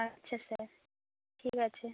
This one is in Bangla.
আচ্ছা স্যার ঠিক আছে